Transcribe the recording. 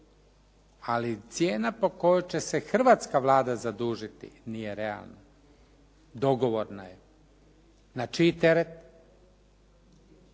ali cijena po kojoj će se hrvatska Vlada zadužiti nije realna. Dogovorna je. Na čiji teret?